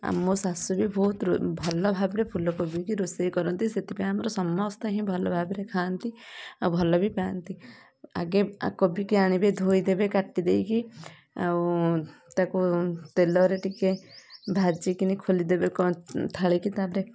ଆମ ଶାଶୂ ବି ଭହୁତ ଭଲ ଭାବରେ ଫୁଲ କୋବି ରୋଷେଇ କରନ୍ତି ସେଥିପାଇଁ ଆମର ସମସ୍ତେ ହିଁ ଭଲ ଭାବରେ ଖାଆନ୍ତି ଆଉ ଭଲ ବି ପାଆନ୍ତି ଆଗେ କୋବିଟି ଆଣିବେ ଧୋଇଦେବେ କାଟି ଦେଇକି ଆଉ ତାକୁ ତେଲରେ ଟିକେ ଭାଜିକିନା ଖୋଲିଦେବେ ଥାଳି କି ତାପରେ